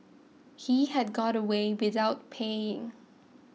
he had got away without paying